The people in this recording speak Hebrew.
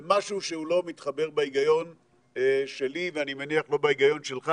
זה משהו שהוא לא מתחבר בהיגיון שלי ואני מניח שלא בהיגיון שלך,